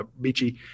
beachy